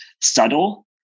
subtle